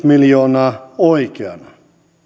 miljoonaa oikeana